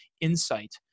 insight